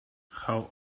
how